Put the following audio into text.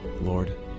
Lord